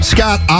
Scott